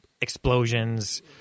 explosions